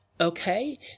okay